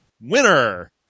Winner